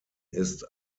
ist